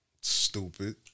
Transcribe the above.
Stupid